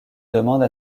demande